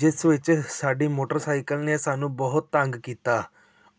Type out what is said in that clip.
ਜਿਸ ਵਿੱਚ ਸਾਡੀ ਮੋਟਰਸਾਈਕਲ ਨੇ ਸਾਨੂੰ ਬਹੁਤ ਤੰਗ ਕੀਤਾ